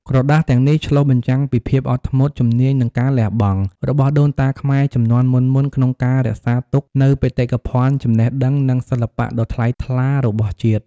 ក្រដាសទាំងនេះឆ្លុះបញ្ចាំងពី ភាពអត់ធ្មត់ ជំនាញ និងការលះបង់ របស់ដូនតាខ្មែរជំនាន់មុនៗក្នុងការរក្សាទុកនូវបេតិកភណ្ឌចំណេះដឹង និងសិល្បៈដ៏ថ្លៃថ្លារបស់ជាតិ។